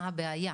מה הבעיה?